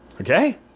Okay